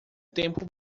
tempo